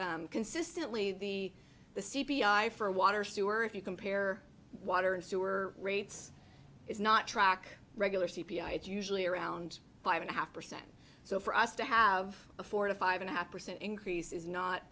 consistently the the c p i for water sewer if you compare water and sewer rates is not track regular c p i it's usually around five and a half percent so for us to have a four to five and a half percent increase is not